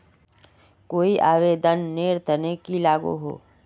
कोई आवेदन नेर तने की लागोहो?